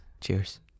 Cheers